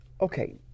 okay